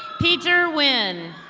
peter win.